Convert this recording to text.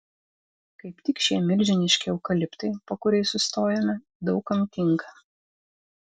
kaip tik šie milžiniški eukaliptai po kuriais sustojome daug kam tinka